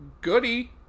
goody